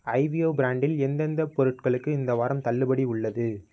ஐவியோ பிரான்டில் எந்தெந்தப் பொருட்களுக்கு இந்த வாரம் தள்ளுபடி உள்ளது